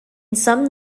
some